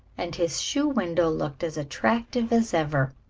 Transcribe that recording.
and his show window looked as attractive as ever.